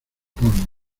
polvo